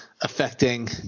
affecting